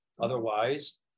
otherwise